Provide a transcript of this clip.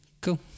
Cool